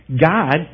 God